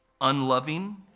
unloving